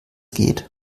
geht